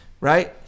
right